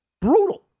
Brutal